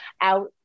out